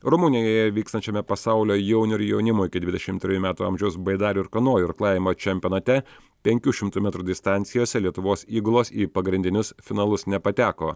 rumunijoje vykstančiame pasaulio jaunių ir jaunimo iki dvidešim trejų metų amžiaus baidarių ir kanojų irklavimo čempionate penkių šimtų metrų distancijose lietuvos įgulos į pagrindinius finalus nepateko